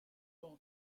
camp